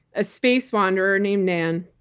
a space wanderer named nan.